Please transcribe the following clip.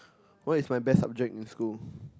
what is my best subject in school